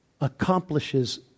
accomplishes